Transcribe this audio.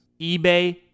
ebay